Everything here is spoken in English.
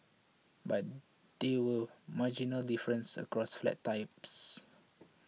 but there were marginally differences across flat types